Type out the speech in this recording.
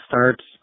starts